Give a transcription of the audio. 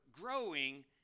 growing